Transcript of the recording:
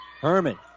Herman